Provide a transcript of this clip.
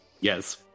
Yes